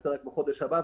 נקצה רק בחודש הבא,